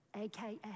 AKA